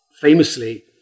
famously